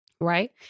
Right